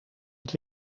het